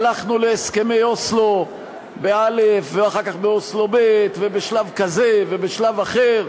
הלכנו להסכמי אוסלו א' ואחר כך באוסלו ב' ובשלב כזה ובשלב אחר.